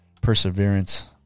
perseverance